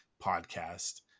podcast